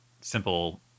simple